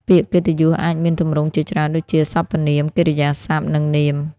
ពាក្យកិត្តិយសអាចមានទម្រង់ជាច្រើនដូចជា សព្វនាម កិរិយាសព្ទ និងនាម។